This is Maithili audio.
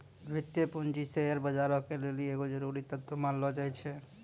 वित्तीय पूंजी शेयर बजारो के लेली एगो जरुरी तत्व मानलो जाय छै